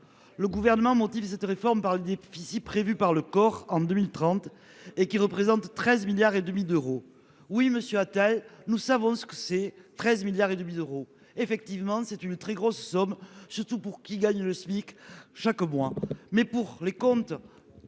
le gouvernement Monti ils étaient réforme par le déficit prévu par le corps en 2030 et qui représente 13 milliards et demi d'euros. Oui monsieur Attal. Nous savons ce que c'est 13 milliards et demi d'euros. Effectivement c'est une très grosse somme surtout pour qu'il gagne le SMIC chaque mois mais pour les comptes.